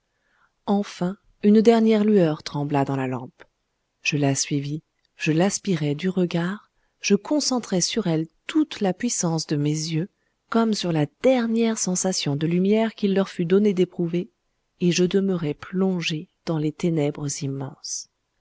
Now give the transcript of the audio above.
enfin une dernière lueur trembla dans la lampe je la suivis je l'aspirai du regard je concentrai sur elle toute la puissance de mes yeux comme sur la dernière sensation de lumière qu'il leur fût donné d'éprouver et je demeurai plongé dans les ténèbres immenses